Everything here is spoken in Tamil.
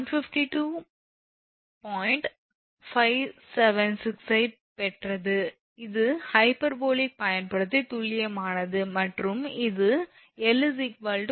576 ஐப் பெற்றது இது ஹைபர்போலிக் பயன்படுத்தி துல்லியமானது மற்றும் இது 𝑙 152